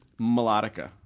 Melodica